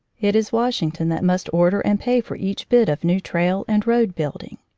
it is washington that must order and pay for each bit of new trail and road building.